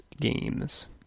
games